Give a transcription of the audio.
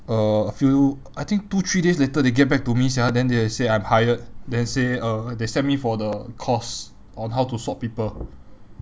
uh a few I think two three days later they get back to me sia then they say I'm hired then say uh they send me for the course on how to swab people